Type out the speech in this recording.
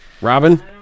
Robin